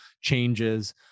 changes